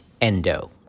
endo